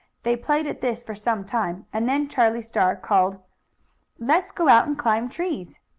they played at this for some time, and then charlie star called let's go out and climb trees!